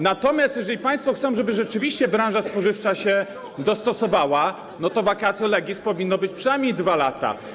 Natomiast jeżeli państwo chcą, żeby rzeczywiście branża spożywcza się dostosowała, to vacatio legis powinno wynosić przynajmniej 2 lata.